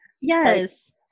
Yes